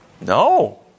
No